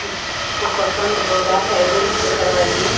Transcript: जो पसंद होगा चाहे गोल्ड से करवाइए